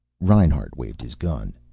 reinhart waved his gun.